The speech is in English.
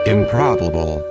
Improbable